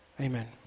amen